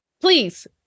Please